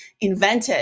invented